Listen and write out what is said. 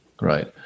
Right